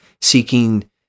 seeking